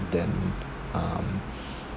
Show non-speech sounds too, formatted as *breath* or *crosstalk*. than um *breath*